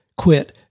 quit